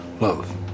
love